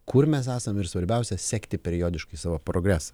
kur mes esam ir svarbiausia sekti periodiškai savo progresą